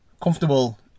Comfortable